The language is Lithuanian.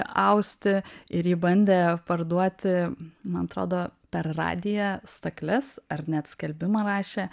austi ir ji bandė parduoti man atrodo per radiją stakles ar net skelbimą rašė